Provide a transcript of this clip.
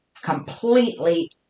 completely